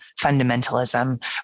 fundamentalism